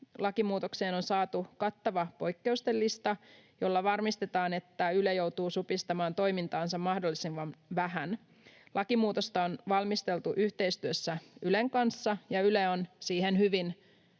lakimuutokseen on saatu kattava poikkeusten lista, jolla varmistetaan, että Yle joutuu supistamaan toimintaansa mahdollisimman vähän. Lakimuutosta on valmisteltu yhteistyössä Ylen kanssa, ja Yle on siihen hyvin